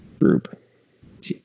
group